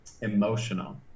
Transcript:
emotional